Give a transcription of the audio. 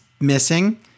missing